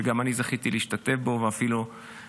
גם אני זכיתי להשתתף בו ואפילו לברך.